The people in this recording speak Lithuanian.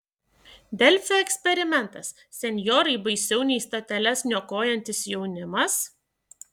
delfi eksperimentas senjorai baisiau nei stoteles niokojantis jaunimas